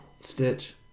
Stitch